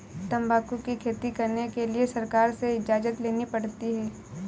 तंबाकू की खेती करने के लिए सरकार से इजाजत लेनी पड़ती है